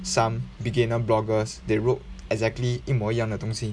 some beginner bloggers they wrote exactly 一模一样的东西